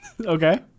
Okay